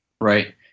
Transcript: Right